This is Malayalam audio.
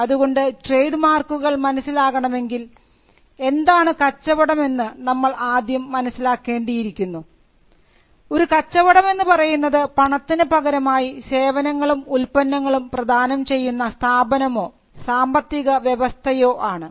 അതുകൊണ്ട് ട്രേഡ് മാർക്കുകൾ മനസ്സിലാകണമെങ്കിൽ എന്താണ് കച്ചവടം എന്ന് നമ്മൾ ആദ്യം മനസ്സിലാക്കേണ്ടിയിരിക്കുന്നു ഒരു കച്ചവടം എന്ന് പറയുന്നത് പണത്തിനു പകരമായി സേവനങ്ങളും ഉല്പന്നങ്ങളും പ്രദാനം ചെയ്യുന്ന സ്ഥാപനമോ സാമ്പത്തിക വ്യവസ്ഥയോ ആണ്